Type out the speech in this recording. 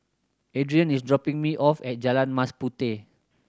Adrien is dropping me off at Jalan Mas Puteh